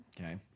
Okay